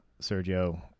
Sergio